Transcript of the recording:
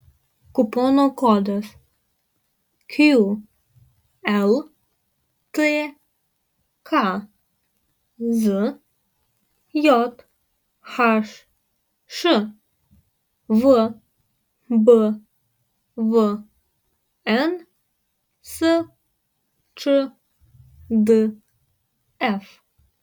kupono kodas qltk zjhš vbvn sčdf